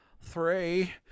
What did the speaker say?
three